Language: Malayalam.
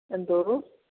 എന്തോ